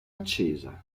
accesa